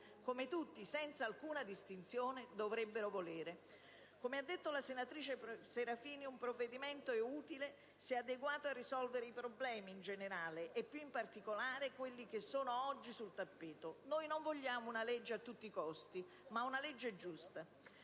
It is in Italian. come tutti, senza alcuna distinzione, dovrebbero volere. Come ha detto la senatrice Serafini, un provvedimento è utile se adeguato a risolvere i problemi in generale e, più in particolare, quelli che sono oggi sul tappeto. Noi non vogliamo una legge a tutti i costi, ma una legge giusta.